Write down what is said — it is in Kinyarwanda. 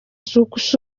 soukous